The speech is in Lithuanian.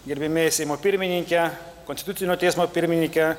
gerbiamieji seimo pirmininke konstitucinio teismo pirmininke